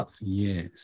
Yes